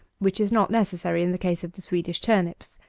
which is not necessary in the case of the swedish turnips.